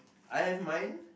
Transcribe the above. I have mine